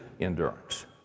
endurance